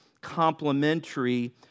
complementary